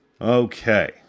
okay